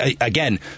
again